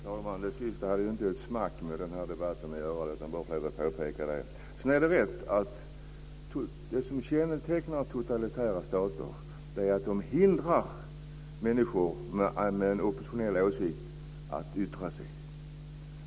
Herr talman! Det sista hade inte ett smack med den här debatten att göra. Jag vill bara påpeka det. Det är rätt att det som kännetecknar totalitära stater är att de hindrar människor med oppositionella åsikter att yttra sig.